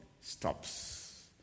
stops